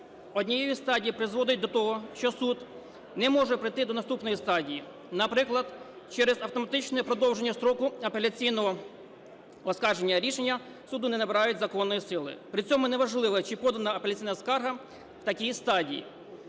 однієї стадії призводить до того, що суд не може перейти до наступної стадії, наприклад, через автоматичне продовження строку апеляційного оскарження рішення суду не набирають законної сили. При цьому не важливо, чи подана апеляційна скарга в такій стадії,